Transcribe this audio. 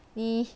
你